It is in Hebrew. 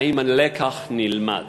האם הלקח נלמד